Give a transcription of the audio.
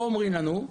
פה אומרים לנו,